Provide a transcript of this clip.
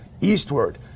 eastward